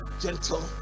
gentle